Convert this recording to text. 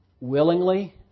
willingly